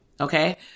Okay